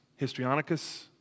Histrionicus